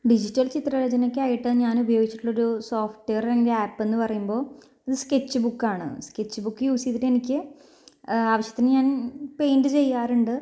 digital ചിത്ര രചനയ്ക്കായിട്ട് ഞാൻ ഉപയോഗിച്ചിട്ടുള്ള ഒരു സോഫ്റ്റ്വെയറിന്റെ ആപ്പ് എന്ന് പറയുമ്പോൾ അത് സ്കെച്ച് ബുക്ക് ആണ് സ്കെച്ച് ബുക്ക് യൂസ് ചെയ്തിട്ട് എനിക്ക് ആവശ്യത്തിന് ഞാൻ പെയിന്റ് ചെയ്യാറുണ്ട്